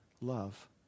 love